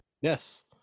Yes